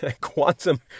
quantum